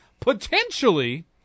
Potentially